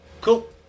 Cool